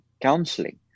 counseling